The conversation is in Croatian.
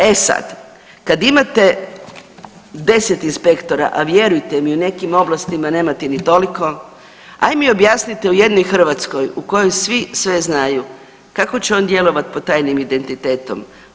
E sada kada imate 10 inspektora, a vjerujte mi u nekim oblastima nemate ni toliko, hajde mi objasnite u jednoj Hrvatskoj u kojoj svi sve znaju kako će on djelovati pod tajnim identitetom?